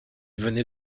venait